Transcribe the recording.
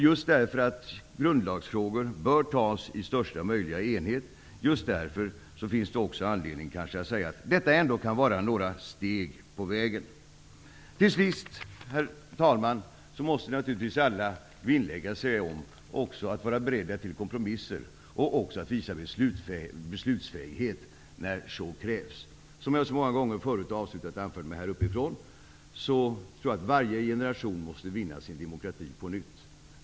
Just därför att beslut i grundlagsfrågor bör fattas i största möjliga enighet finns det anledning att säga att detta ändock kan vara några steg på vägen. Herr talman! Alla måste naturligtvis vinnlägga sig om att vara beredda till kompromisser och att visa beslutsfähighet när så krävs. Som jag så många gånger förut har avslutat mitt anförande från talarstolen med, tror jag att varje generation måste vinna sin demokrati på nytt.